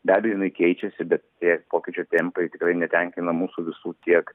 be abejo jinai keičiasi be tie pokyčio tėmpai tikrai netenkina mūsų visų tiek